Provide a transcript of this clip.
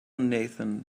nathan